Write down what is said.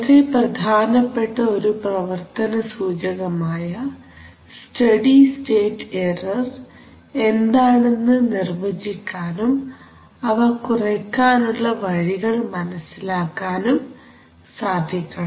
വളരെ പ്രധാനപ്പെട്ട ഒരു പ്രവർത്തന സൂചകമായ സ്റ്റഡി സ്റ്റേറ്റ് എറർ എന്താണെന്ന് നിർവചിക്കാനും അവ കുറയ്ക്കാനുള്ള വഴികൾ മനസ്സിലാക്കാനും സാധിക്കണം